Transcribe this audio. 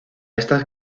estas